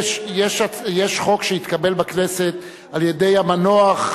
יש חוק שהתקבל בכנסת על-ידי המנוח,